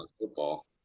football